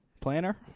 Planner